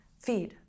feed